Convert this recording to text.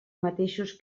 mateixos